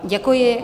Děkuji.